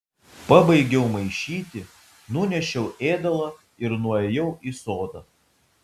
pabaigiau maišyti nunešiau ėdalą ir nuėjau į sodą